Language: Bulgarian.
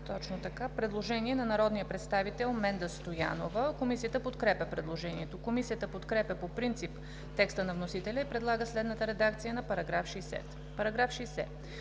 § 70 има предложение на народния представител Менда Стоянова. Комисията подкрепя предложението. Комисията подкрепя по принцип текста на вносителя и предлага следната редакция на § 70: „§ 70.